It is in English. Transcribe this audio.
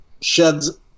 sheds